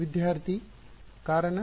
ವಿದ್ಯಾರ್ಥಿ ಕಾರಣ